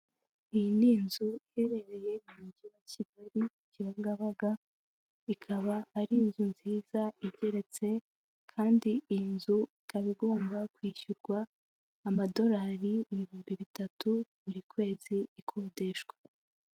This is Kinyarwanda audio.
Iyi ni inzu, iherereye mujyi wa Kigali-Kibagabaga, ikaba ari inzu nziza igeretse, kandi iyi nzu ikaba igomba kwishyurwa amadolari ibihumbi bitatu buri kwezi ikodeshwa.